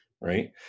right